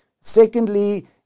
Secondly